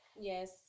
Yes